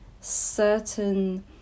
Certain